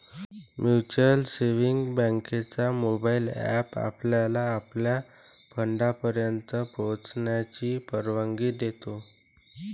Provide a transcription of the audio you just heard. mutual savings बँकेचा mobile app आपल्याला आपल्या फंडापर्यंत पोहोचण्याची परवानगी देतो